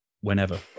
whenever